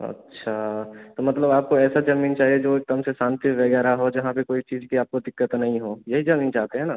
अच्छा तो मतलब आपको ऐसी ज़मीन चाहिए जो एक दम से शांति वग़ैरह हो जहाँ पर कोई चीज़ की आपको दिक्कत नहीं हो यही ज़मीन चाहते हैं ना